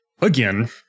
again